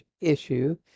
issue